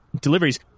deliveries